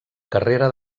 carrera